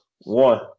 one